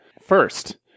First